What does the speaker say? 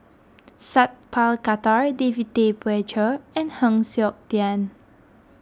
Sat Pal Khattar David Tay Poey Cher and Heng Siok Tian